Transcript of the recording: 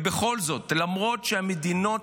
ובכל זאת, למרות שהמדינות